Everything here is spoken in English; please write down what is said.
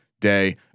day